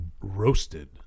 roasted